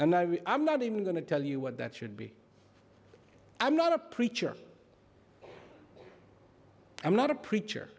and i'm not even going to tell you what that should be i'm not a preacher i'm not a preacher